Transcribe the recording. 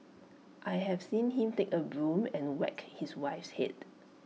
I have seen him take A broom and whack his wife's Head